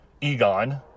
Egon